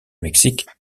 mexique